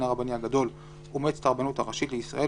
הרבני הגדול ומועצת הרבנות הראשית לישראל,